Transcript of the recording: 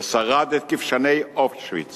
ששרד את כבשני אושוויץ